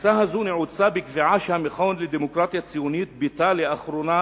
התפיסה הזאת נעוצה בקביעה שהמכון לדמוקרטיה ציונית ביטא לאחרונה